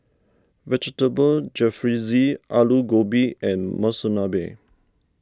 Vegetable Jalfrezi Alu Gobi and Monsunabe